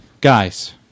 Guys